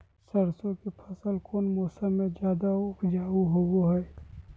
सरसों के फसल कौन मौसम में ज्यादा उपजाऊ होबो हय?